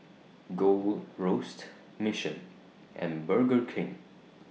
Gold Roast Mission and Burger King